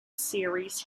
series